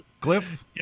Cliff